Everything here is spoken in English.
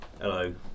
Hello